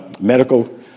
Medical